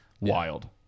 Wild